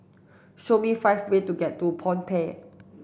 show me five way to get to Phnom Penh